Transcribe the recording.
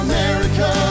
America